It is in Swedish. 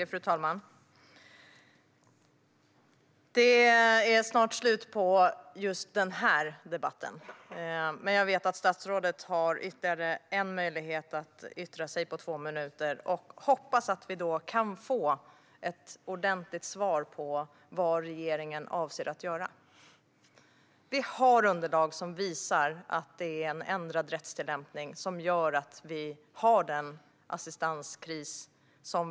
Fru talman! Just den här debatten är snart slut. Men statsrådet har ytterligare två minuter på sig att yttra sig. Jag hoppas att vi då kan få ett ordentligt svar på vad regeringen avser att göra. Vi har underlag som visar att det är en ändrad rättstillämpning som har lett till den här assistanskrisen.